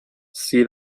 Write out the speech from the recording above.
see